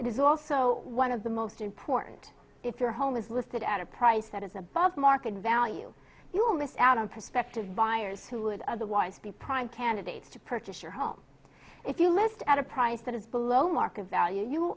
is also one of the most important if your home is listed at a price that is above market value you will miss out on prospective buyers who would otherwise be prime candidates to purchase your home if you list at a price that is below market value